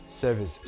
service